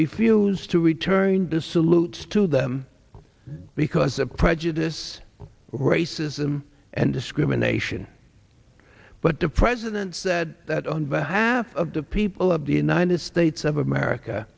refused to return the salutes to them because of prejudice racism and discrimination but the president said that on behalf of the people of the united states of america